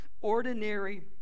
Ordinary